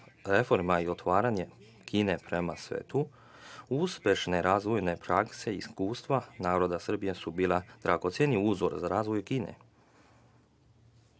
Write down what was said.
reforma i otvaranje Kine prema svetu, uspešne razvojne prakse i iskustva naroda Srbije su bili dragoceni uzor za razvoj Kine.